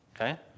Okay